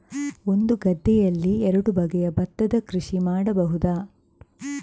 ಒಂದು ಗದ್ದೆಯಲ್ಲಿ ಎರಡು ಬಗೆಯ ಭತ್ತದ ಕೃಷಿ ಮಾಡಬಹುದಾ?